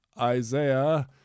Isaiah